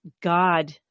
God